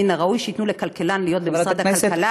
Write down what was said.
מן הראוי שייתנו לכלכלן להיות במשרד הכלכלה,